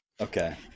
Okay